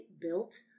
built